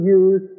use